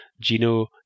Gino